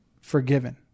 forgiven